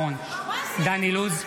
(קורא בשמות חברי הכנסת) דן אילוז,